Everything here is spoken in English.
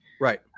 right